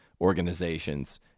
organizations